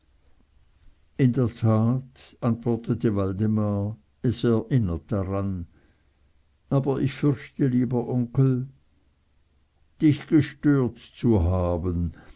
in der tat antwortete waldemar es erinnert daran aber ich fürchte lieber onkel dich gestört zu haben